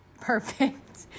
Perfect